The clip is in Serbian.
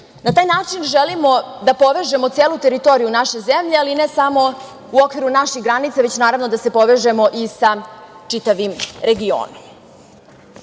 Na taj način želimo da povežemo celu teritoriju naše zemlje, ali ne samo u okviru naših granica, već naravno da se povežemo i sa čitavim regionom.No,